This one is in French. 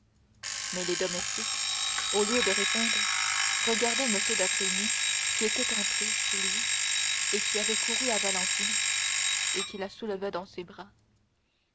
mais les domestiques au lieu de répondre regardaient m d'avrigny qui était entré lui qui avait couru à valentine et qui la soulevait dans ses bras